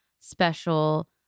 special